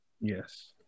Yes